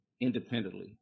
independently